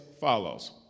follows